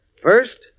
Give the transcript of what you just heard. First